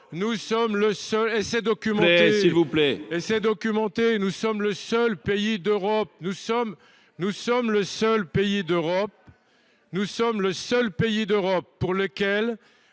Nous sommes le seul pays d’Europe dans lequel